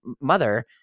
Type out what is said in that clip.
mother